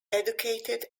educated